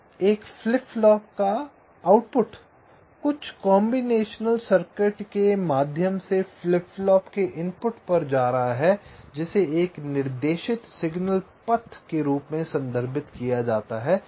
एक flip flop का output कुछ कॉम्बिनेशन सर्किट के माध्यम से फ्लिप फ्लॉप के इनपुट पर जा रहा है जिसे एक निर्देशित सिग्नल पथ के रूप में संदर्भित किया जाता है